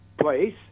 place